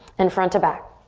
and front to back.